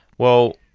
well,